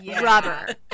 rubber